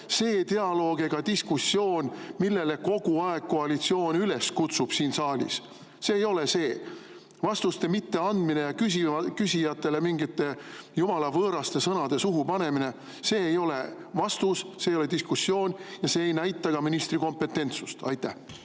see dialoog ega diskussioon, millele koalitsioon kogu aeg siin saalis üles kutsub. See ei ole see. Vastuste mitteandmine ja küsijatele mingite jumala võõraste sõnade suhu panemine – see ei ole vastus, see ei ole diskussioon ja see ei näita ministri kompetentsust. Aitäh!